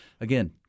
Again